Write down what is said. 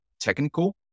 technical